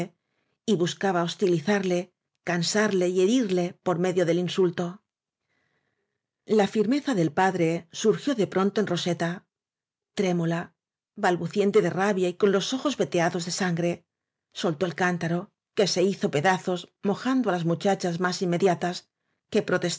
y bus caba hostilizarle cansarle y herirle por medio del insulto la firmeza del padre surgió de pronto en roseta trémula balbuciente de rabia y con los ojos veteados de sangre soltó el cántaro que hizo se pedazos mojando á las muchachas más inmediatas que